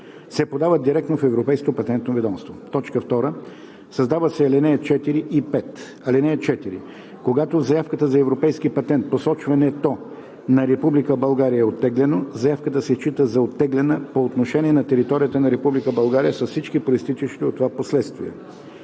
се подават директно в Европейското патентно ведомство.“ 2. Създават се ал. 4 и 5: „(4) Когато в заявката за европейски патент посочването на Република България е оттеглено, заявката се счита за оттеглена по отношение на територията на Република България с всички произтичащи от това последствия.